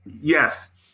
yes